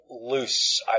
loose